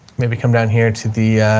maybe come down here to the ah,